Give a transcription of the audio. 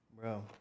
bro